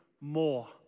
more